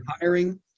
hiring